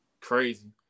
Crazy